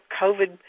covid